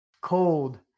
Cold